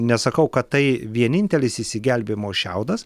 nesakau kad tai vienintelis išsigelbėjimo šiaudas